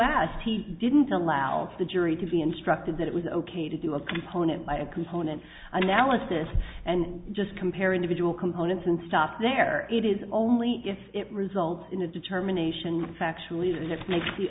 asked he didn't allow the jury to be instructed that it was ok to do a component by component analysis and just compare individual components and stop there it is only if it results in a determination factual even if it makes the